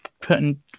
putting